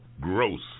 Gross